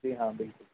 جی ہاں بالکل